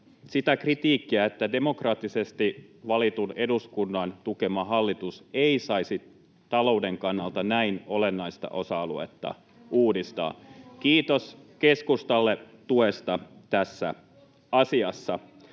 sitä kritiikkiä, että demokraattisesti valitun eduskunnan tukema hallitus ei saisi talouden kannalta näin olennaista osa-aluetta uudistaa. [Hanna Sarkkinen: Ruotsissa